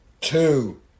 two